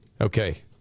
Okay